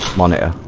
wanna